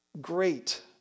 great